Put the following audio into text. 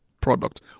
product